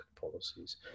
policies